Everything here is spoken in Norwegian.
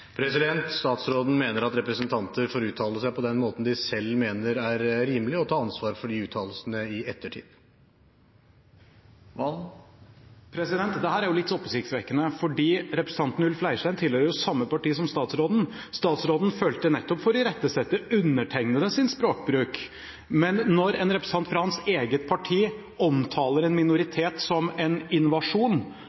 Statsråden mener at representanter får uttale seg på den måten de selv mener er rimelig, og ta ansvar for de uttalelsene i ettertid. Dette er litt oppsiktsvekkende, fordi representanten Ulf Leirstein tilhører jo samme parti som statsråden. Statsråden følte nettopp for å irettesette undertegnedes språkbruk, men når en representant fra hans eget parti omtaler en minoritet som en invasjon